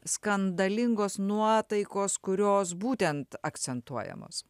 skandalingos nuotaikos kurios būtent akcentuojamos